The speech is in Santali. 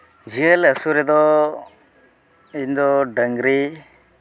ᱡᱤᱭᱟᱹᱞᱤ ᱟᱹᱥᱩᱞ ᱨᱮᱫᱚ ᱤᱧᱫᱚ ᱰᱟᱝᱨᱤ